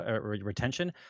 retention